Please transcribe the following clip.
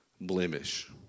blemish